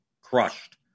crushed